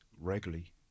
regularly